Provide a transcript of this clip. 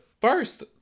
first